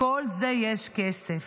לכל זה יש כסף.